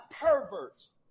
perverts